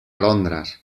londres